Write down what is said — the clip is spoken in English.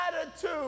attitude